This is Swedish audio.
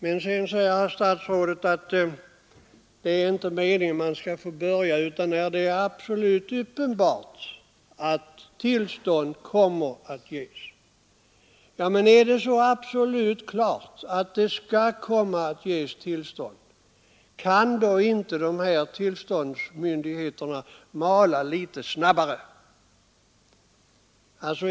Statsrådet säger vidare att det inte är meningen att man skall få börja bygga annat än när det är absolut uppenbart att tillstånd kommer att ges. Men om det är så absolut klart att tillstånd skall komma att ges, kan då inte tillsynsmyndigheterna mala litet snabbare?